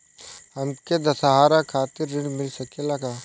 हमके दशहारा खातिर ऋण मिल सकेला का?